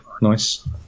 nice